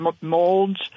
molds